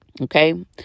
okay